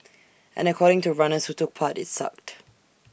and according to runners who took part IT sucked